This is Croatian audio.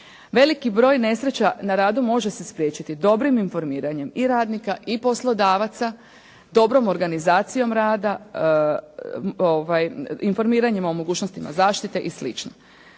Veliki broj nesreća na radu može se spriječiti dobrim informiranjem i radnika i poslodavaca, dobrom organizacijom rada, informiranjem o mogućnostima zaštite i